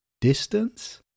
distance